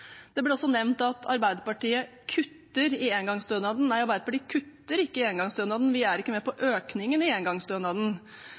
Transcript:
Det ble også nevnt at Arbeiderpartiet kutter i engangsstønaden. Nei, Arbeiderpartiet kutter ikke i engangsstønaden, vi er ikke med på